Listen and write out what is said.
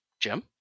Jim